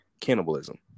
cannibalism